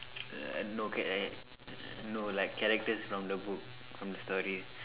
uh no can act no like characters from the book from the story